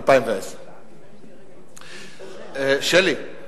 2010. שלי,